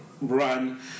run